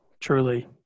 truly